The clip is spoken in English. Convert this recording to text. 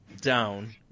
down